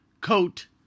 coat